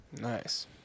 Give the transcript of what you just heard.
Nice